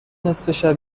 نصفه